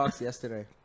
yesterday